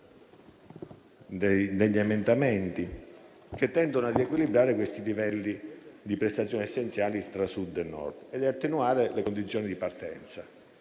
ed emendamenti che tendono a riequilibrare i livelli delle prestazioni essenziali tra Sud e Nord, attenuando le condizioni di partenza.